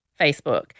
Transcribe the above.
Facebook